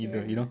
ya